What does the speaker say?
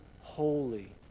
holy